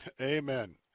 Amen